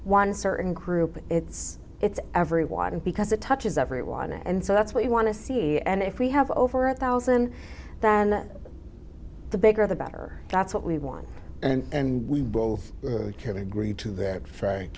one certain group it's it's everyone and because it touches everyone and so that's what you want to see and if we have over a thousand then the bigger the better that's what we want and we both can agree to that